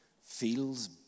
feels